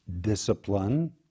discipline